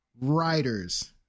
Writers